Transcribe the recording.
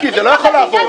אתה לא מתבייש?